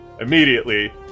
immediately